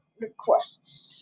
requests